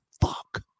fuck